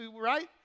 right